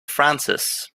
francis